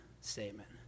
statement